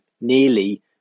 nearly